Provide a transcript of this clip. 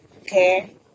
Okay